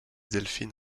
delphine